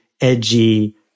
edgy